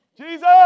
Jesus